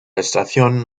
estación